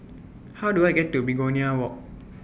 How Do I get to Begonia Walk